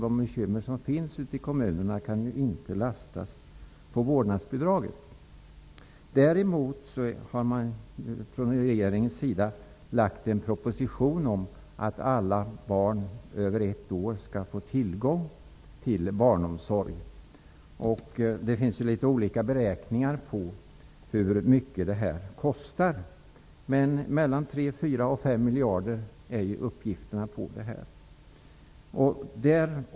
De bekymmer som finns ute i kommunerna kan ju inte lastas på vårdnadsbidraget. Däremot har regeringen lagt fram en proposition om att alla barn över ett år skall få tillgång till barnomsorg. Det finns litet olika beräkningar på hur mycket detta kostar. Uppgifterna ligger på 3--5 miljarder.